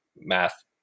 math